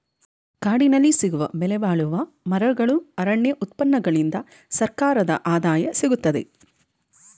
ಕಾಡಿನಲ್ಲಿ ಸಿಗುವ ಬೆಲೆಬಾಳುವ ಮರಗಳು, ಅರಣ್ಯ ಉತ್ಪನ್ನಗಳಿಂದ ಸರ್ಕಾರದ ಆದಾಯ ಸಿಗುತ್ತದೆ